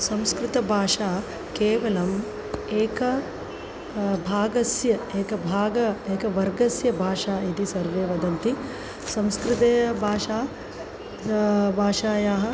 संस्कृतभाषा केवलं एकभागस्य एकभागस्य एकवर्गस्य भाषा इति सर्वे वदन्ति संस्कृतभाषा भाषायाः